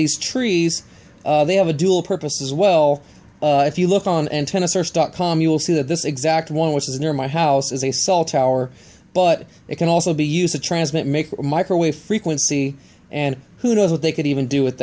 these trees they have a dual purpose as well if you look on antenna source dot com you'll see that this exact one which is near my house is a cell tower but it can also be used to transmit make microwave frequency and who knows what they could even do wit